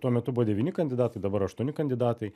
tuo metu buvo devyni kandidatai dabar aštuoni kandidatai